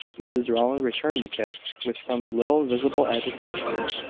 mrs rowland returned the kiss, with some little visible agitation.